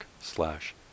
slash